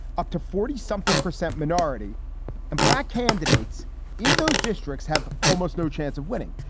up to forty something percent. minority and black candidates in those districts have almost no chance of winning,